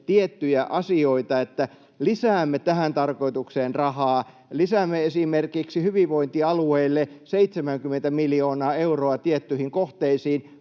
tiettyjä asioita niin, että lisäämme tähän tarkoitukseen rahaa, lisäämme esimerkiksi hyvinvointialueille 70 miljoonaa euroa tiettyihin kohteisiin,